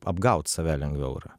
apgaut save lengviau yra